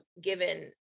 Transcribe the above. given